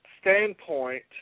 standpoint